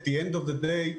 בסוף היום,